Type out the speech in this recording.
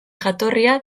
jatorria